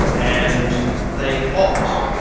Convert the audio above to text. and they opt,